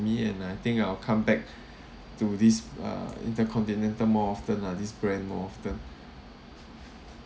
me and I think I will come back to this uh intercontinental more often lah this brand often